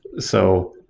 so,